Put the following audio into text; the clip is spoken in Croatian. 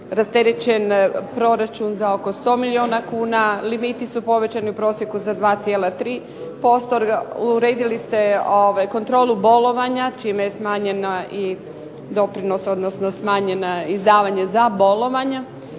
rasterećen proračun za oko 100 milijuna kuna, limiti su povećani u prosjeku za 2,3%, uredili ste kontrolu bolovanja čime je smanjena i doprinos odnosno